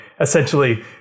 essentially